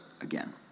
again